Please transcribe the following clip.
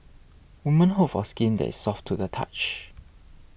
women hope for skin that is soft to the touch